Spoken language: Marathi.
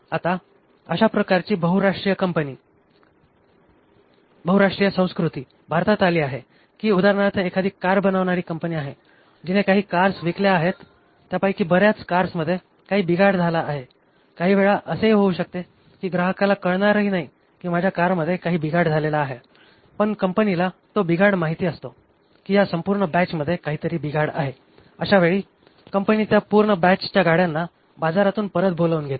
आता अशा प्रकारची बहुराष्ट्रीय संस्कृती भारतात आली आहे की उदाहरणार्थ एखादी कार बनवणारी कंपनी आहे जिने काही कार्स विकल्या आहेत त्यापैकी बर्याच कार्समध्ये काही बिघाड झाला काही वेळा असेही होऊ शकते की ग्राहकाला कळणारही नाही की माझ्या कार मध्ये काही बिघाड झालेला आहे पण कंपनीला तो बिघाड माहिती असतो की ह्या संपूर्ण बॅचमध्ये काहीतरी बिघाड आहे अशा वेळी कंपनी त्या पूर्ण बॅचच्या गाड्यांना बाजारातून परत बोलावून घेते